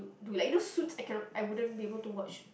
to like you know Suit I cannot I wouldn't be able to watch